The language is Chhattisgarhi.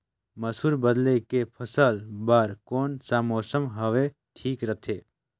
मसुर बदले के फसल बार कोन सा मौसम हवे ठीक रथे?